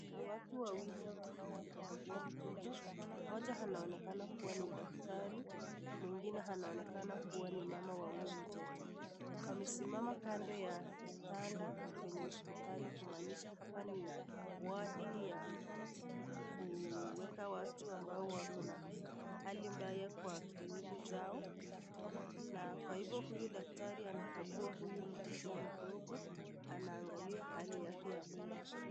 Watu wawili ambao wanakagua mtoto, mmoja anaonekana kuwa ni daktari mwingine anaonekana kuwa ni mama wa huyu mtoto amesimama kando ya kitanda kwenye hospitali kumaanisha hapa ni wadi ya kuweka watu ambao wako na hali mbaya kwa miili zao na kwa hivyo huyu daktari anakagua huyu mtoto mdogo anaangalia hali yake ya mwili.